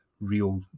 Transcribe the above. real